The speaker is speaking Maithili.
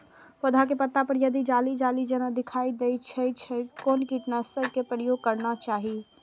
पोधा के पत्ता पर यदि जाली जाली जेना दिखाई दै छै छै कोन कीटनाशक के प्रयोग करना चाही?